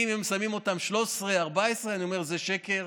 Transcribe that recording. אם שמים אותם עם 13, 14, אני אומר: זה שקר,